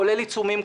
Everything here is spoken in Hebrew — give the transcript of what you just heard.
כולל עיצומים,